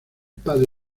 padre